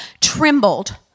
trembled